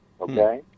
Okay